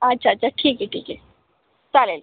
अच्छा अच्छा ठीक आहे ठीक आहे चालेल